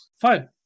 Fine